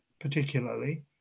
particularly